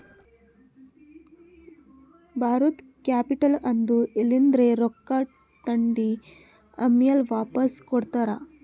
ಬಾರೋಡ್ capital ಅಂದುರ್ ಎಲಿಂದ್ರೆ ರೊಕ್ಕಾ ತಂದಿ ಆಮ್ಯಾಲ್ ವಾಪಾಸ್ ಕೊಡ್ತಾರ